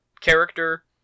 character